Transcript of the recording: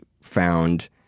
found